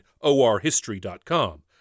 orhistory.com